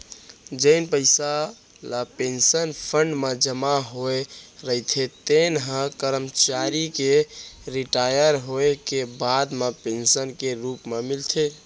जेन पइसा ल पेंसन फंड म जमा होए रहिथे तेन ह करमचारी के रिटायर होए के बाद म पेंसन के रूप म मिलथे